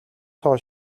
тоо